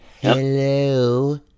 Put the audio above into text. Hello